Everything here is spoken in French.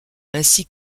ainsi